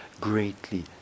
greatly